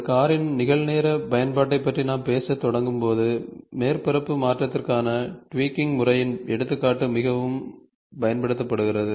ஒரு காரின் நிகழ்நேர பயன்பாட்டைப் பற்றி நாம் பேசத் தொடங்கும்போது மேற்பரப்பு மாற்றத்திற்கான ட்விகிங் முறையின் எடுத்துக்காட்டு மிகவும் பயன்படுத்தப்படுகிறது